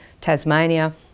Tasmania